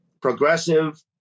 progressive